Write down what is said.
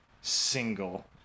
single